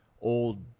old